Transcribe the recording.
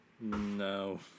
No